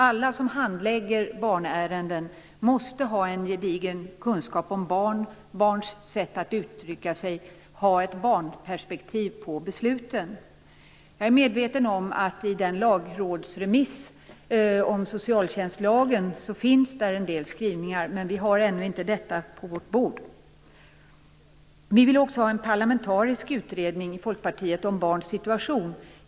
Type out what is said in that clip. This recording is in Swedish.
Alla som handlägger ärenden som rör barn måste ha en gedigen kunskap om barn, barns sätt att uttrycka sig, ha ett barnperspektiv på besluten. Jag är medveten om att i lagrådsremissen om socialtjänstlagen finns en del skrivningar. Men vi har ännu inte fått denna på vårt bord. Vi i Folkpartiet vill också få till stånd en parlamentarisk utredning om barns situation.